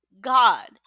god